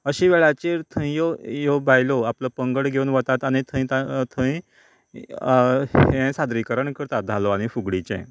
अशी वेळाचेर ह्यो ह्यो बायलो आपलो पंगड घेवन वतात आनी थंय ता थंय हें सादरीकरण करता धालो आनी फुगडीचें